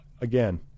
again